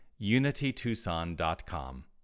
unitytucson.com